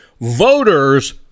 voters